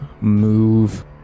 move